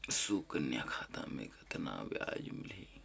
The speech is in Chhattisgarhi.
सुकन्या खाता मे कतना ब्याज मिलही?